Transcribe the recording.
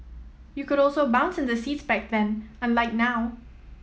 you could also bounce in the seats back then unlike now